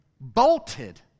bolted